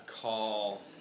call